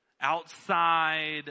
outside